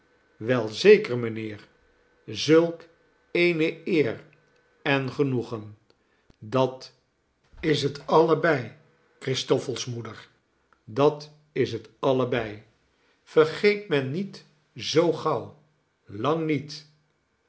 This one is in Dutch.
wel zeker mijnheer zulk eene eer en genoegen dat is het allebei christoffel's moeder dat is het allebei vergeet men niet zoo gauw lang niet